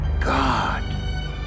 God